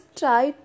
try